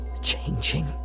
changing